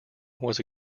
was